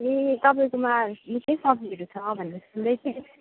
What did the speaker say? ए तपाईँकोमा निकै सब्जीहरू छ भनेर सुन्दै थिएँ